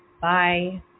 Bye